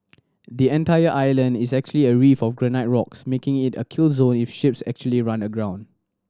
the entire island is actually a reef of granite rocks making it a kill zone if ships actually run aground